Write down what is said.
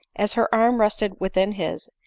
as her arm rested within his,